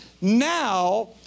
now